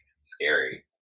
scary